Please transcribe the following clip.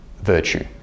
virtue